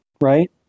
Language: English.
right